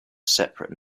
separate